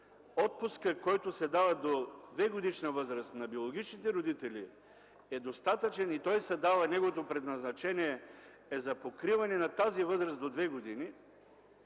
отпускът, който се дава до 2-годишна възраст на биологичните родители, е достатъчен и неговото предназначение е за покриване на тази възраст до 2 години,